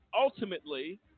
ultimately